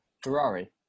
Ferrari